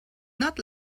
not